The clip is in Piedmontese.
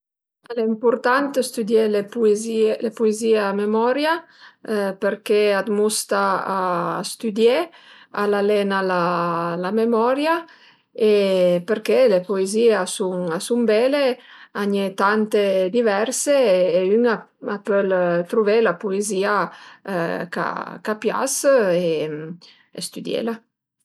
Al e ëmpurtant stüdié le puezìe poezìe a memoria përché a të musta a stüdié, al alena la memoria e përché le poezìe a sun a sun bele, a n'ie tante diverse e ün a pöl truvé la puezìa ch'a pias e stüdiela